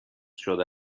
شده